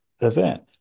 event